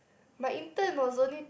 my intern was only